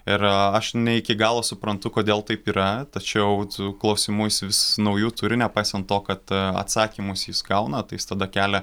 ir aš ne iki galo suprantu kodėl taip yra tačiau tų klausimų jis vis naujų turi nepaisant to kad atsakymus jis gauna tai jis tada kelia